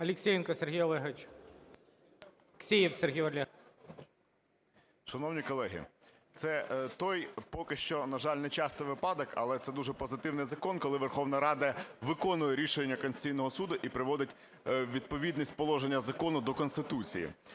Алєксєєв Сергій Олегович. 17:25:42 АЛЄКСЄЄВ С.О. Шановні колеги, це той поки що, на жаль, нечастий випадок, але це дуже позитивний закон, коли Верховна Рада виконує рішення Конституційного Суду і приводить у відповідність положення закону до Конституції.